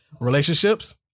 relationships